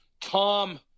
Tom